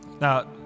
now